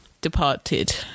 departed